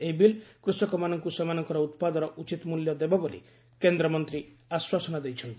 ଏହି ବିଲ୍ କୃଷକମାନଙ୍କୁ ସେମାନଙ୍କର ଉତ୍ପାଦର ଉଚିତ୍ ମୂଲ୍ୟ ଦେବ ବୋଲି କେନ୍ଦ୍ର ମନ୍ତ୍ରୀ ଆଶ୍ୱାସନା ଦେଇଛନ୍ତି